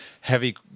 heavy